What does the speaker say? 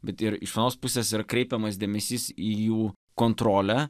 bet ir iš vienos pusės yra kreipiamas dėmesys į jų kontrolę